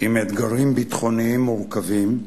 עם אתגרים ביטחוניים מורכבים,